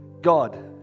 God